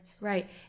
right